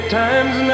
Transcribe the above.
times